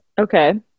okay